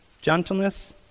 gentleness